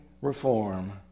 reform